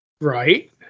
Right